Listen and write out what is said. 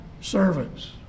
servants